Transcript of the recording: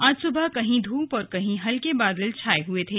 आज सुबह कहीं धूप और कहीं हल्के बादल छाए हुए थे